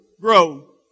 grow